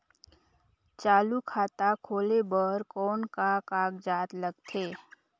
चालू खाता खोले बर कौन का कागजात लगथे?